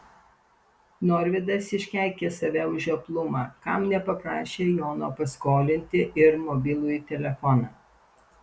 norvydas iškeikė save už žioplumą kam nepaprašė jono paskolinti ir mobilųjį telefoną